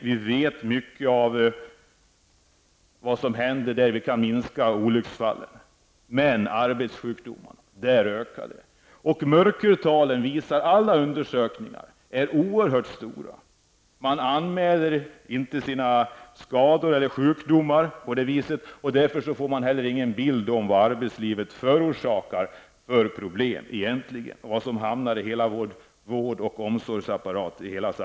Vi känner till mycket av som händer, och vi kan minska olycksfallen. Men däremot ökar arbetssjukdomarna. Alla undersökningar visar att mörkertalen är mycket stora. Sjukdomar och skador anmäls inte. Man får därför egentligen ingen bild av vilka problem arbetslivet förorsakar och som hamnar i samhällets vård -- och omsorgsapparat.